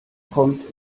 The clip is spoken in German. kommt